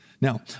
Now